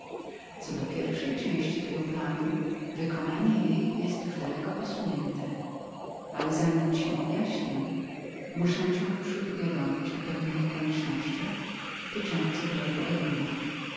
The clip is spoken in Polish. co do pierwszej części tego planu wykonanie jej jest już daleko posunięte ale zanim ci ją objaśnię muszę cię wprzód uwiadomić o pewnych okolicznościach tyczących rodu